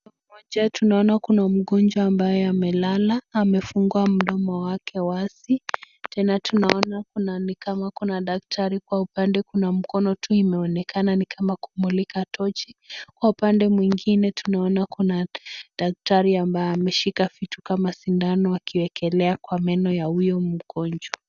Mmoja tunaona kuna mgonjwa ambaye amelala, amefungua mdomo wake wazi. Tena tunaona kuna ni kama kuna daktari kwa upande kuna mkono tu imeonekana ni kama kumulika tochi. Kwa upande mwingine tunaona kuna daktari ambaye ameshika vitu kama sindano akiwekelelea kwa meno ya huyo mgonjwa.